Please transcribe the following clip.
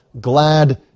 glad